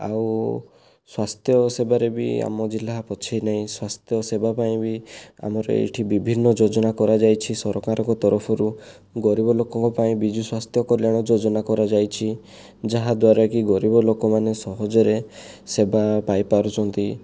ଆଉ ସ୍ୱାସ୍ଥ୍ୟ ସେବାରେ ବି ଆମ ଜିଲ୍ଲା ପଛେଇ ନାହିଁ ସ୍ୱାସ୍ଥ୍ୟ ସେବା ପାଇଁ ବି ଆମର ଏଇଠି ବିଭିନ୍ନ ଯୋଜନା କରାଯାଇଛି ସରକାରଙ୍କ ତରଫରୁ ଗରିବ ଲୋକଙ୍କ ପାଇଁ ବିଜୁ ସ୍ୱାସ୍ଥ୍ୟ କଲ୍ୟାଣ ଯୋଜନା କରାଯାଇଛି ଯାହାଦ୍ୱାରାକି ଗରିବ ଲୋକମାନେ ସହଜରେ ସେବା ପାଇ ପାରୁଛନ୍ତି